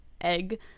egg